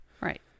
Right